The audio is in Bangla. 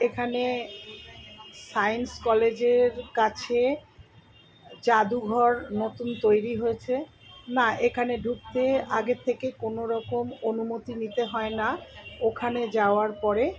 এখানে সায়েন্স কলেজের কাছে যাদুঘর নতুন তৈরি হয়েছে না এখানে ঢুকতে আগের থেকে কোনো রকম অনুমতি নিতে হয় না ওখানে যাওয়ার পরে